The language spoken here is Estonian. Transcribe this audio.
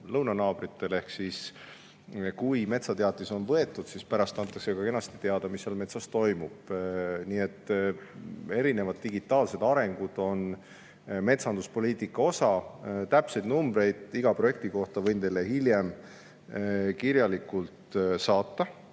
lõunanaabritel, ehk kui metsateatis on võetud, siis pärast antakse ka kenasti teada, mis seal metsas toimub. Nii et erinevad digitaalsed arengu[suunad] on metsanduspoliitika osa. Täpseid numbreid iga projekti kohta võin teile hiljem kirjalikult saata.